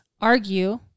Argue